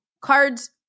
cards